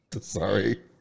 Sorry